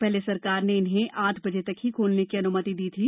पहले सरकार ने इन्हें आठ बजे तक ही खोलने की अनुमति दी थी